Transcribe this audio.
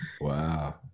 Wow